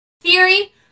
theory